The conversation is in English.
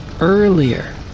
earlier